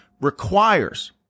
requires –